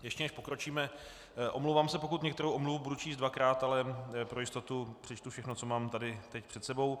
Ještě než pokročíme, omlouvám se, pokud některou omluvu budu číst dvakrát, ale pro jistotu přečtu všechno, co mám tady teď před sebou.